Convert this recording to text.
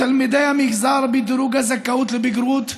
תלמידי המגזר בדירוג הזכאות לבגרות,